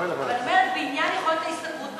אבל אני אומרת: בעניין יכולת ההשתכרות,